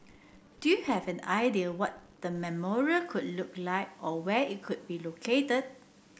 do you have an idea what the memorial could look like or where it could be located